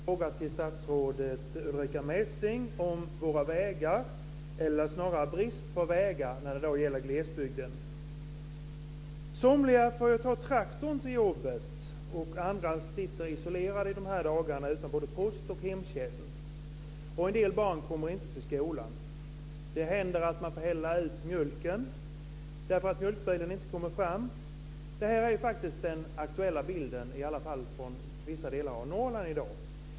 Fru talman! Jag har en fråga till statsrådet Ulrica Messing om våra vägar eller snarare brist på vägar när det gäller glesbygden. Somliga får ta traktorn till jobbet. Andra sitter isolerade i de här dagarna utan både post och hemtjänst, och en del barn kommer inte till skolan. Det händer att man får hälla ut mjölken därför att mjölkbilen inte kommer fram. Det här är faktiskt den aktuella bilden, i alla fall av vissa delar av Norrland i dag.